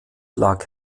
lag